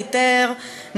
ויתר,